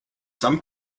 some